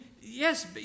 yes